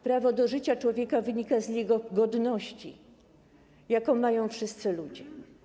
Prawo do życia człowieka wynika z jego godności, jaką mają wszyscy ludzie.